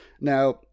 Now